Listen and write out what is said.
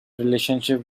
relationships